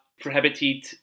prohibited